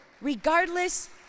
regardless